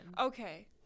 Okay